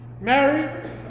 Mary